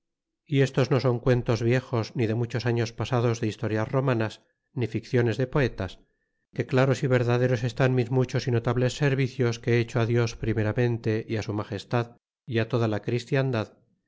y estos no son cuentos viejos ni de muchos afios pasados de historias romanas ni ficciones de poetas que claros y verdaderos estan mis muchos y notables servicios que he hecho dios primeramente y su magestad y toda la z